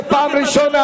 לאן הבאתם אותנו?